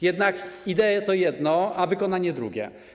Jednak idee to jedno, a wykonanie - drugie.